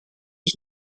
ich